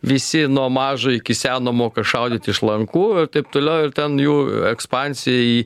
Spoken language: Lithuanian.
visi nuo mažo iki seno moka šaudyt iš lankų ir taip toliau ir ten jų ekspansija į